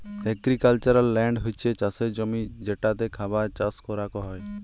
agricultural land হছ্যে চাসের জমি যেটাতে খাবার চাস করাক হ্যয়